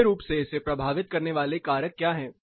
मुख्य रूप से इसे प्रभावित करने वाले कारक क्या हैं